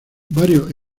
varios